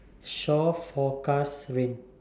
shore forecast rain